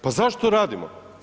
Pa zašto radimo?